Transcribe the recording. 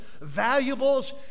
valuables